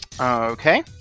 Okay